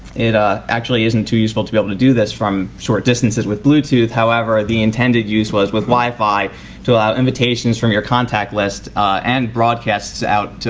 it ah actually isn't to useful to be able to do this from short distances with bluetooth. however the intended use was with wifi to allow invitations from your contact list and broadcasts out to